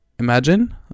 imagine